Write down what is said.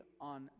on